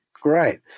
great